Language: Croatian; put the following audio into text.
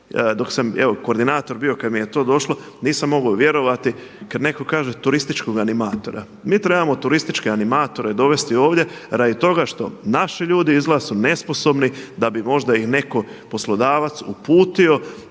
Dok sam koordinator bio kada mi je to došlo, nisam mogao vjerovati kada netko kaže turističkog animatora. Mi trebamo turističke animatore dovesti ovdje radi toga što su naši ljudi izgleda nesposobni da bi možda ih neko, poslodavac uputio